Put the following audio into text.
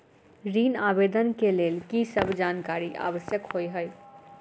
ऋण आवेदन केँ लेल की सब जानकारी आवश्यक होइ है?